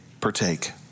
partake